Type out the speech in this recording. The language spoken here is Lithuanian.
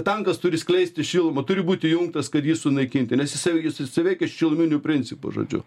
tankas turi skleisti šilumą turi būt įjungtas kad jį sunaikinti nes jisai jis jisai veikia šiluminiu principu žodžiu